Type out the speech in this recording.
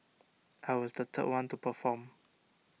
I was the third one to perform